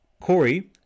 Corey